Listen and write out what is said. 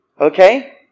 okay